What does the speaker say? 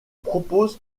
proposent